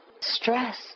stress